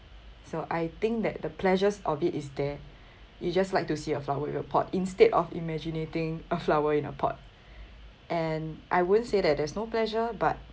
so I think that the pleasures of it is there you just like to see a flower with a pot instead of imagining a flower in a pot and I won't say that there's no pleasure but